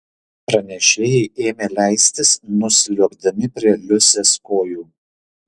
pranešėjai ėmė leistis nusliuogdami prie liusės kojų